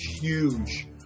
huge